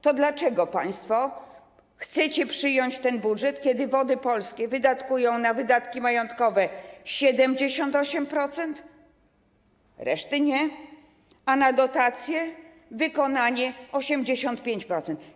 To dlaczego państwo chcecie przyjąć ten budżet, kiedy Wody Polskie przeznaczają na wydatki majątkowe 78%, reszty nie, a na dotacje, wykonanie 85%?